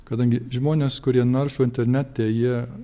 kadangi žmonės kurie naršo internete jie